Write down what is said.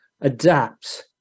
adapt